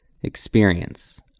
experience